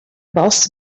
boss